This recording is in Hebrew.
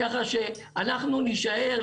אנחנו נישאר,